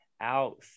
out